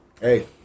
Hey